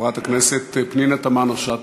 חברת הכנסת פנינה תמנו-שטה.